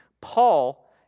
Paul